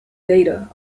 data